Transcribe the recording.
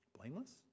blameless